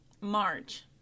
March